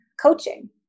coaching